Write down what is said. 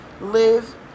live